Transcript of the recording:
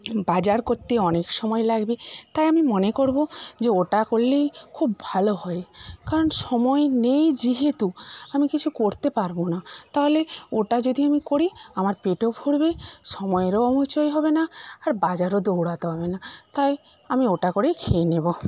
বাজার করতে অনেক সময় লাগবে তাই আমি মনে করবো যে ওটা করলেই খুব ভালো হয় কারণ সময় নেই যেহেতু আমি কিছু করতে পারবো না তাহলে ওটা যদি আমি করি আমার পেটও ভরবে সময়েরও অবচয় হবে না আর বাজারও দৌড়াতে হবে না তাই আমি ওটা করেই খেয়ে নেব